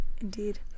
indeed